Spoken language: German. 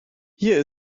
hier